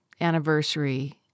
anniversary